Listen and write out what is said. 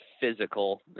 physical